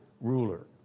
ruler